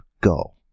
go